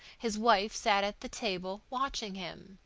his wife sat at the table, watching him.